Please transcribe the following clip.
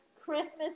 Christmas